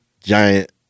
Giant